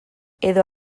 edo